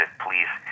please